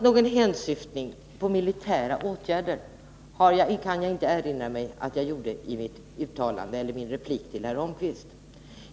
Någon hänsyftning på militära åtgärder kan jag inte erinra mig att jag gjorde i min replik till herr Holmqvist.